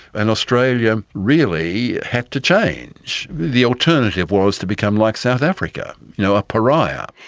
and australia really had to change. the alternative was to become like south africa, you know a pariah.